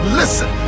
listen